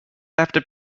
left